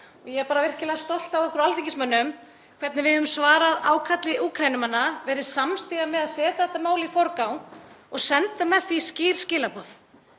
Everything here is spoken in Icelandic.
og ég er virkilega stolt af okkur alþingismönnum hvernig við höfum svarað ákalli Úkraínumanna, verið samstiga með að setja þetta mál í forgang og senda með því skýr skilaboð,